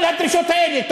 כל הדרישות האלה.